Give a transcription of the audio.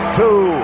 two